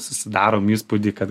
susidarom įspūdį kad